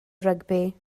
rygbi